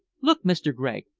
look, mr. gregg!